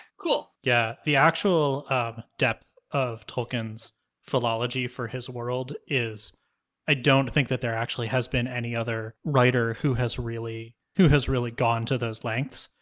cool. eli yeah, the actual um depth of tolkien's philology for his world is i don't think that there actually has been any other writer who has really who has really gone to those lengths.